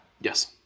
Yes